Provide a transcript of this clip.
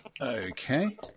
Okay